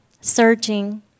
searching